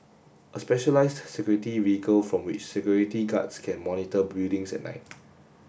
a specialised security vehicle from which security guards can monitor buildings at night